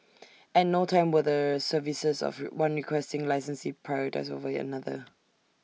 at no time were the services of one Requesting Licensee prioritised over another